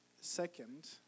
Second